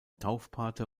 taufpate